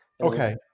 Okay